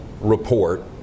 report